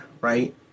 right